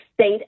state